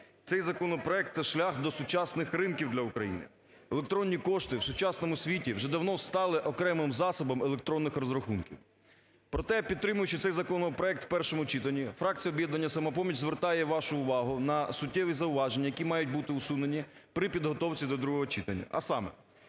Цей законопроект – це шлях до сучасних ринків для України. Електронні кошти в сучасному світі вже давно стали окремим засобом електронних розрахунків. Проте, підтримуючи цей законопроект в першому читанні, фракція "Об'єднання "Самопоміч" звертає вашу увагу на суттєві зауваження, які мають бути усунені при підготовці до другого читання,